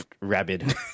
rabid